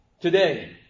today